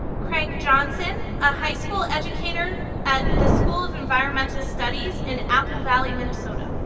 craig johnson, a high school educator at the school of environmental studies in apple valley, minnesota.